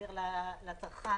ולתת לצרכן